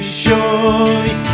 surely